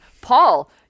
Paul